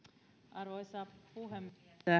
arvoisa puhemies